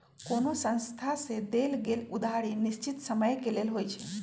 कोनो संस्था से देल गेल उधारी निश्चित समय के लेल होइ छइ